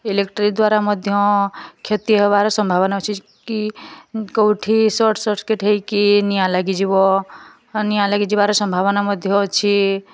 electric ଦ୍ୱାରା ମଧ୍ୟ କ୍ଷତି ହେବାର ସମ୍ଭାବନା ଅଛି କି କେଉଁଠି ଶର୍ଟ୍ ସର୍କିଟ୍ ହୋଇକି ନିଆଁ ଲାଗିଯିବ ନିଆଁ ଲାଗିଯିବାର ସମ୍ଭାବନା ମଧ୍ୟ ଅଛି